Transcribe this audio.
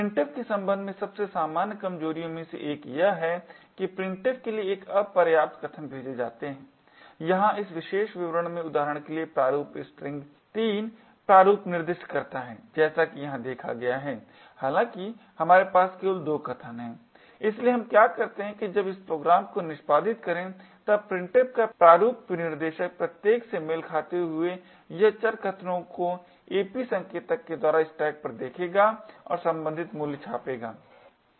Printf के संबंध में सबसे सामान्य कमजोरियों में से एक यह है कि printf के लिए एक अपर्याप्त कथन भेजे जाते है यहां इस विशेष विवरण में उदाहरण के लिए प्रारूप स्ट्रिंग 3 प्रारूप निर्दिष्ट करता है जैसा कि यहां देखा गया है हालांकि हमारे पास केवल 2 कथन हैं इसलिए हम क्या करते हैं जब इस प्रोग्राम को निष्पादित करें तब printf का प्रारूप विनिर्देशक प्रत्येक से मेल खाते हुए हो यह चर कथनों को ap संकेतक के द्वारा स्टैक पर देखेगा और संबंधित मूल्य छापेगा